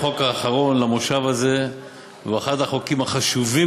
החוק האחרון למושב הזה הוא אחד החוקים החשובים